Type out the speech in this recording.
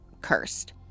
cursed